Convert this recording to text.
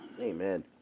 Amen